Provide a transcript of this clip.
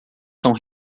são